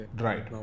Right